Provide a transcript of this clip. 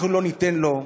אנחנו לא ניתן לו.